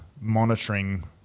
monitoring